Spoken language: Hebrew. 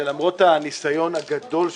שלמרות הניסיון הגדול שלך,